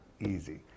easy